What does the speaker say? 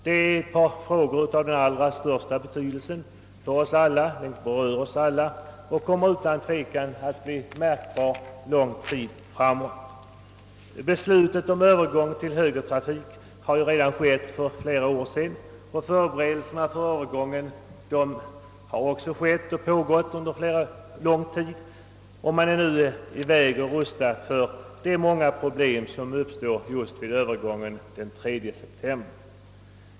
Dessa båda frågor är av den allra största betydelse; de berör oss alla och kommer utan tvekan att bli märkbara under lång tid framåt. Beslutet om övergång till högertrafik fattades för flera år sedan, och förberedelserna för övergången har pågått under lång tid. Man rustar sig nu för att möta de många problem som uppstår just vid övergången den 3 september.